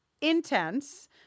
intense